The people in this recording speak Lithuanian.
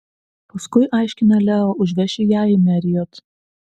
paskui aiškina leo užvešiu ją į marriott